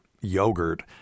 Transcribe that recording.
yogurt